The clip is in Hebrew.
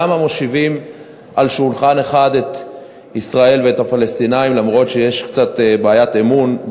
כי מושיבים סביב שולחן אחד את ישראל ואת הפלסטינים אף שיש בעיית אמון,